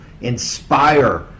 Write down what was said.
inspire